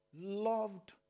Loved